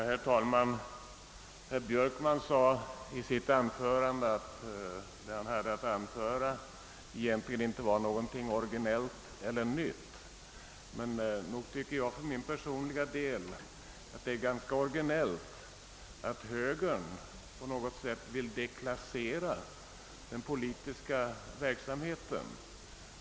Herr talman! Herr Björkman sade att vad han hade att anföra egentligen inte var någonting originellt eller nytt. Mig förefaller det ganska originellt att högern på något sätt vill deklassera den politiska verksamheten.